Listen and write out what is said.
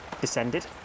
descended